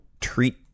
treat